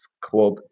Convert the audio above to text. Club